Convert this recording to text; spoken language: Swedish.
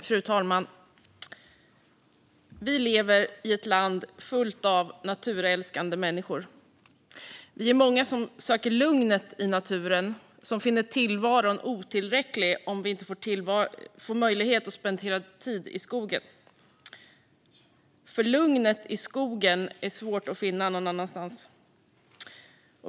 Fru talman! Vi lever i ett land fullt av naturälskande människor. Vi är många som söker lugnet i naturen och som finner tillvaron otillräcklig om vi inte får möjlighet att spendera tid i skogen - för lugnet i skogen är svårt att finna någon annanstans.